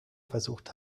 versucht